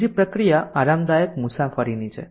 પછી પ્રક્રિયા આરામદાયક મુસાફરીની છે